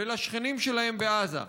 ולשכנים שלהם בעזה,